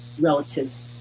relatives